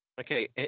okay